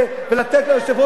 נא לשבת.